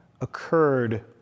occurred